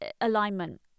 alignment